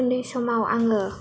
उन्दै समाव आङो